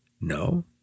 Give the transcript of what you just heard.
No